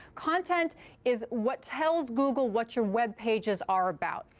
content is what tells google what your web pages are about.